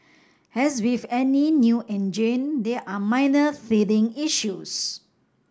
as with any new engine there are minor feeling issues